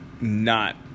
not-